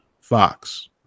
Fox